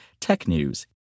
TECHNEWS